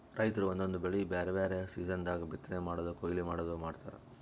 ರೈತರ್ ಒಂದೊಂದ್ ಬೆಳಿ ಬ್ಯಾರೆ ಬ್ಯಾರೆ ಸೀಸನ್ ದಾಗ್ ಬಿತ್ತನೆ ಮಾಡದು ಕೊಯ್ಲಿ ಮಾಡದು ಮಾಡ್ತಾರ್